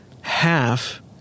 half